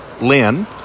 Lynn